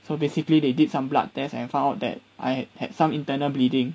so basically they did some blood tests and found out that I had some internal bleeding